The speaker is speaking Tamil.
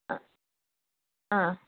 ஆ ஆ